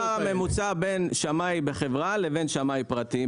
מה ההבדל בשכר הממוצע בין שמאי בחברה לבין שמאי פרטי?